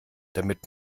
damit